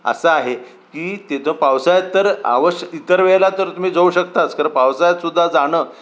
असं आहे की तिथं पावसाळ्यात तर आवश्य इतर वेळेला तर तुम्ही जाऊ शकताच कारण पावसाळ्यातसुद्धा जाणं